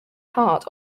heart